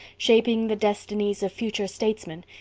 shaping the destinies of future statesmen,